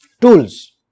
tools